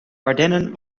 ardennen